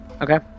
okay